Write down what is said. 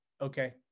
okay